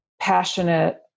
passionate